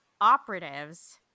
operatives